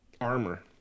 armor